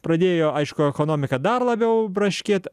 pradėjo aišku ekonomika dar labiau braškėt